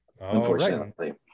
unfortunately